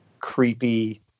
creepy